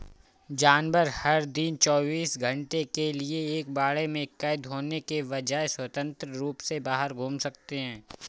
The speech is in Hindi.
जानवर, हर दिन चौबीस घंटे के लिए एक बाड़े में कैद होने के बजाय, स्वतंत्र रूप से बाहर घूम सकते हैं